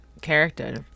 character